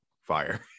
fire